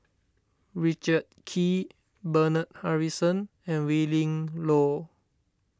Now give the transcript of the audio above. Richard Kee Bernard Harrison and Willin Low